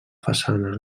façana